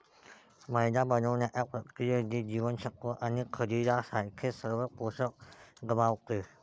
मैदा बनवण्याच्या प्रक्रियेत, ते जीवनसत्त्वे आणि खनिजांसारखे सर्व पोषक गमावते